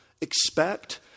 expect